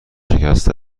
شکسته